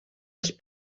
els